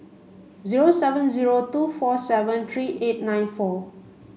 zero seven zero two four seven three eight nine four